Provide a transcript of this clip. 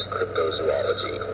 Cryptozoology